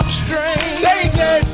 strange